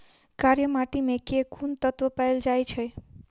कार्य माटि मे केँ कुन तत्व पैल जाय छै?